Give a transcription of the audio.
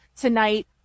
tonight